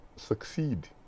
Succeed